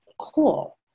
cool